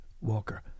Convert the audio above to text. Walker